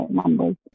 numbers